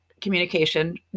communication